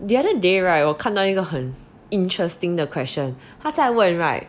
the other day right 我看到一个很 interesting 的 question 他在问 right